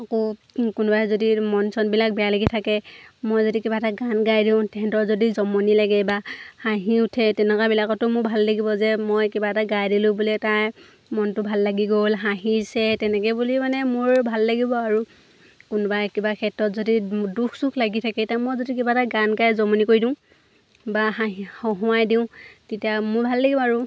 আকৌ কোনোবাই যদি মন চনবিলাক বেয়া লাগি থাকে মই যদি কিবা এটা গান গাই দিওঁ তাহাঁতৰ যদি জমনি লাগে বা হাঁহি উঠে তেনেকুৱাবিলাকতো মোৰ ভাল লাগিব যে মই কিবা এটা গাই দিলোঁ বোলে তাই মনটো ভাল লাগি গ'ল হাঁহিছে তেনেকৈ বুলি মানে মোৰ ভাল লাগিব আৰু কোনোবাই কিবা ক্ষেত্ৰত যদি দুখ চুখ লাগি থাকে এতিয়া মই যদি কিবা এটা গান গাই জমনি কৰি দিওঁ বা হাঁহি হঁহুৱাই দিওঁ তেতিয়া মোৰ ভাল লাগিব আৰু